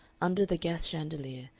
under the gas chandelier,